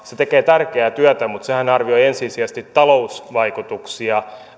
se tekee tärkeää työtä mutta sehän arvioi ensisijaisesti talousvaikutuksia